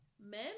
men